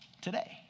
today